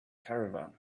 caravan